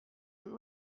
and